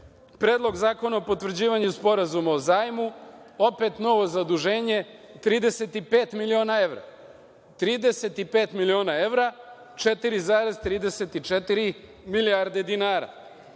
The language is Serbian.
Predlog zakona o potvrđivanju Sporazuma o zajmu. Opet novo zaduženje od 35 miliona evra, 4,34 milijardi dinara